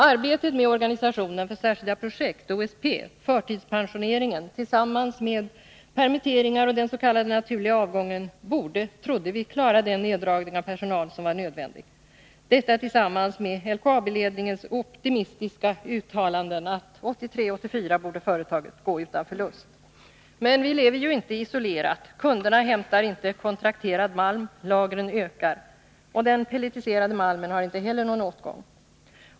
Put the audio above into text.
Arbetet med organisationen för särskilda projekt — OSP — och förtidspensioneringen tillsammans med permitteringar och den s.k. naturliga avgången trodde vi skulle klara den neddragning av personalen som var nödvändig, detta tillsammans med LKAB-ledningens optimistiska uttalanden att företaget 1983-1984 borde gå utan förlust. Men vi lever ju inte isolerat. Kunderna hämtar inte kontrakterad malm, Nr 103 och lagren ökar. Den pelletiserade malmen har inte heller någon åtgång.